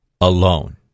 Alone